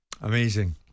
Amazing